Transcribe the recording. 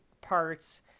parts